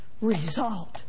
result